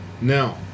Now